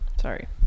Sorry